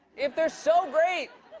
if they're so great,